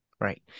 Right